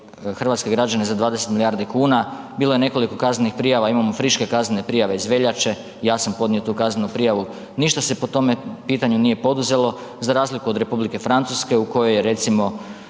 hrvatske građane za 20 milijardi kuna, bilo je nekoliko kaznenih prijava, imamo friške kaznene prijave iz veljače, ja sam podnio tu kaznenu prijavu. Ništa se po tome pitanju nije poduzelo, za razliku od Republike Francuske u kojoj je, recimo,